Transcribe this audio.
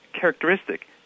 characteristic